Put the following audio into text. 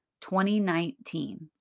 2019